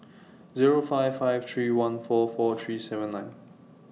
Zero five five three one four four three seven nine